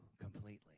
completely